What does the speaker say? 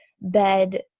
bed